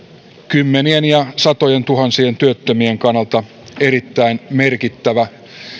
kymmenien ja satojentuhansien työttömien kannalta erittäin merkittävä ja